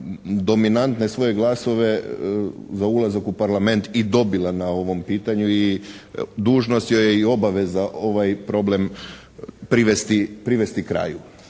dominantna i svoje glasove za ulazak u Parlament i dobila na ovom pitanju i dužnost joj je i obaveza ovaj problem privesti kraju.